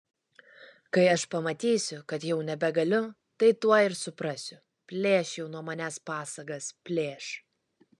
kai aš pamatysiu kad jau nebegaliu tai tuoj ir suprasiu plėš jau nuo manęs pasagas plėš